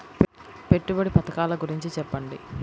పెట్టుబడి పథకాల గురించి చెప్పండి?